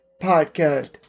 Podcast